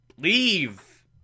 Leave